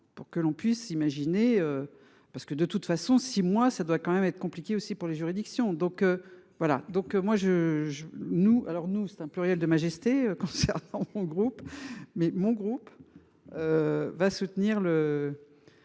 pour que l'on puisse imaginer. Parce que de toute façon si moi ça doit quand même être compliqué aussi, pour les juridictions donc voilà donc moi je je nous alors nous c'est un pluriel de majesté quand. En groupe mais mon groupe. Va soutenir le.